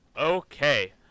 Okay